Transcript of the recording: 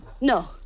No